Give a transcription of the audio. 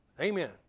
Amen